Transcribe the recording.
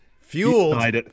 Fueled